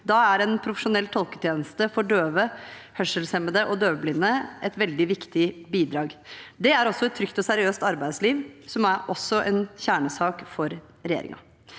Da er en profesjonell tolketjeneste for døve, hørselshemmede og døvblinde et veldig viktig bidrag. Det er også et trygt og seriøst arbeidsliv, som også er en kjernesak for regjeringen.